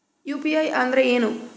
UPI ಅಂದ್ರೆ ಏನು?